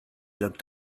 looked